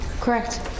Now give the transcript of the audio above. Correct